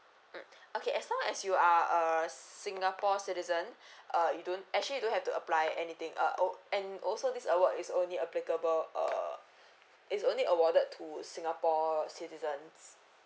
mm okay as long as you are a singapore citizen uh you don't actually you don't have to apply anything uh o~ and also this award is only applicable uh it's only awarded to singapore citizens